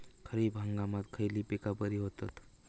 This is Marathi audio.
खरीप हंगामात खयली पीका बरी होतत?